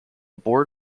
board